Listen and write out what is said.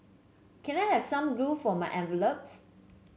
can I have some glue for my envelopes